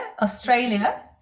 Australia